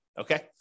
okay